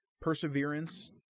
perseverance